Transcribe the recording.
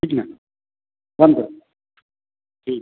ठीक ना बन कर ठीक